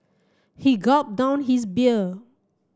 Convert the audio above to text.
he gulped down his beer